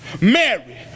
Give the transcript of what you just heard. Mary